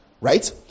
Right